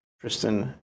Tristan